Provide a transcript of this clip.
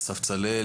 אסף צלאל,